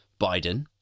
Biden